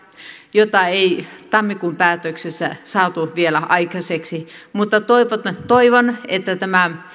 jota ei tammikuun päätöksessä saatu vielä aikaiseksi mutta toivon että toivon että